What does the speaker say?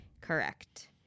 Correct